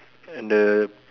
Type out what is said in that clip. and the